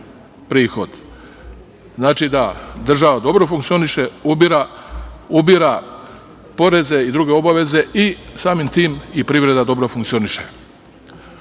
prihod. Znači da država dobro funkcioniše, ubira poreze i druge obaveze i samim tim i privreda dobro funkcioniše. Ono